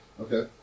Okay